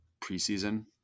preseason